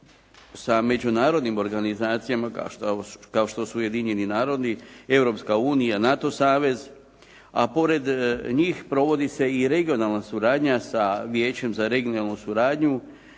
sa međunarodnim organizacijama kao što su Ujedinjeni narodi, Europska unija, NATO savez, a pored njih provodi se i regionalna suradnja sa Vijećem za regionalnu suradnju